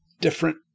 different